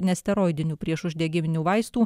nesteroidinių priešuždegiminių vaistų